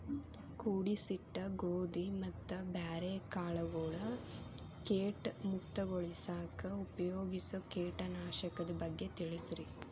ಕೂಡಿಸಿಟ್ಟ ಗೋಧಿ ಮತ್ತ ಬ್ಯಾರೆ ಕಾಳಗೊಳ್ ಕೇಟ ಮುಕ್ತಗೋಳಿಸಾಕ್ ಉಪಯೋಗಿಸೋ ಕೇಟನಾಶಕದ ಬಗ್ಗೆ ತಿಳಸ್ರಿ